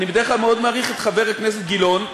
אני בדרך כלל מאוד מעריך את חבר הכנסת גילאון,